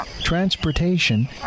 transportation